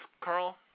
Carl